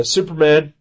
Superman